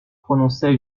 prononçait